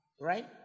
right